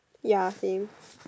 ya same